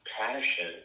passion